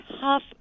tough